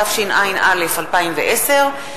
התשע"א 2010,